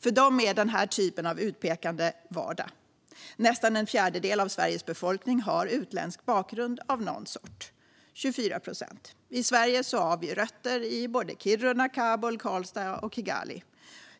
För dem är denna typ av utpekande vardag. Nästan en fjärdedel av Sveriges befolkning har utländsk bakgrund av någon sort - 24 procent. I Sverige har vi rötter i både Kiruna, Kabul, Karlstad och Kigali.